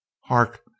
Hark